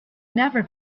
never